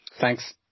thanks